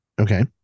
Okay